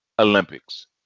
Olympics